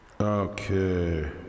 Okay